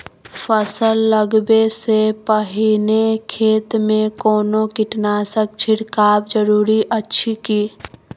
फसल लगबै से पहिने खेत मे कोनो कीटनासक छिरकाव जरूरी अछि की?